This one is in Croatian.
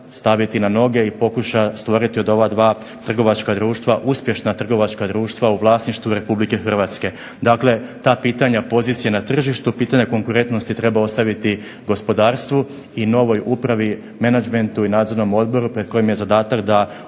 staviti na noge i pokuša staviti od ova dva društva uspješna trgovačka društva u vlasništvu RH. Dakle, ta pitanja pozicije na tržištu, pitanje konkurentnosti treba ostaviti gospodarstvu i novoj upravi, menadžmentu i nadzornom odboru pred kojim je zadatak da ova